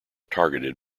targeted